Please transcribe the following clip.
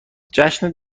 جشن